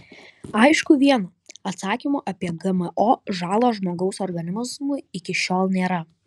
aišku viena atsakymo apie gmo žalą žmogaus organizmui iki šiol nėra